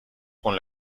con